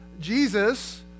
Jesus